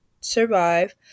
survive